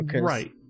right